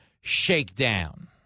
shakedown